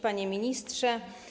Panie Ministrze!